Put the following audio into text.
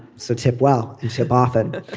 so tip well and tip often.